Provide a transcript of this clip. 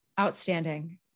Outstanding